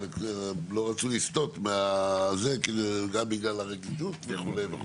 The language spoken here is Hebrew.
הם לא רצו לסטות, גם בגלל הרגישות וכו' וכו'.